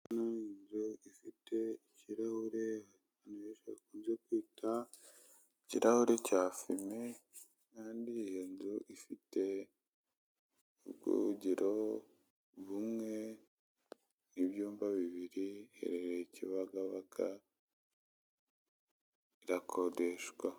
Ni inzu ifite ikirahure abantu benshi bakunze kwita ikirahure cya fime, kandi iyo nzu ifite ubwogero bumwe n'byumba bibiri, iherereye Kibagabaga, irakodeshwa.